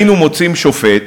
היינו מוצאים שופט,